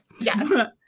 Yes